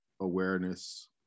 awareness